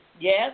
yes